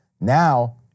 Now-